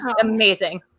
amazing